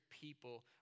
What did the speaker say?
people